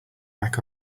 mac